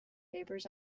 papers